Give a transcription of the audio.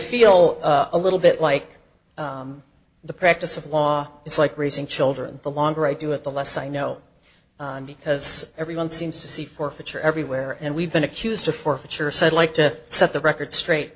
feel a little bit like the practice of law it's like raising children the longer i do it the less i know because everyone seems to see forfeiture everywhere and we've been accused of forfeiture said like to set the record straight